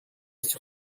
sur